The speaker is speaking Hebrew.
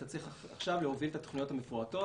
צריך עכשיו להוביל את התוכניות המפורטות.